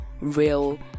real